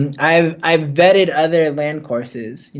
and i've i've vetted other land courses.